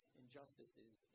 injustices